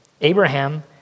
Abraham